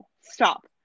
Stop